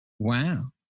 Wow